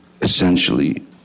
essentially